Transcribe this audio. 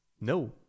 No